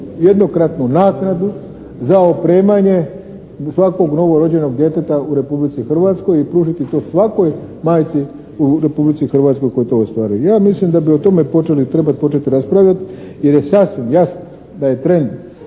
jednokratnu naknadu za opremanje svakog novorođenog djeteta u Republici Hrvatskoj i pružiti to svakoj majci u Republici Hrvatskoj koja to ostvaruje. Ja mislim da bi o tome trebali početi raspravljati jer je sasvim jasno da je trend